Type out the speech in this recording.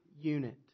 unit